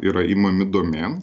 yra imami domėn